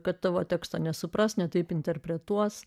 kad tavo teksto nesupras ne taip interpretuos